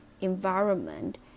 environment